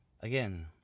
again